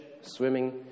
swimming